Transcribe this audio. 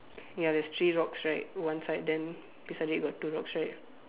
ya there's three rocks right one side then beside it got two rocks right